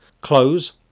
close